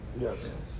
Yes